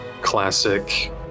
classic